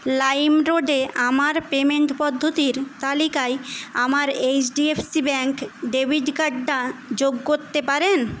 লাইমরোডে আমার পেমেন্ট পদ্ধতির তালিকায় আমার H D F C bank debit কার্ডটা যোগ করতে পারেন